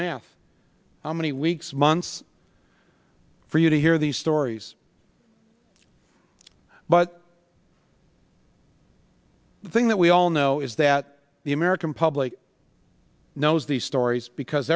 math how many weeks months for you to hear these stories but the thing that we all know is that the american public knows these stories because